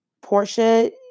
Portia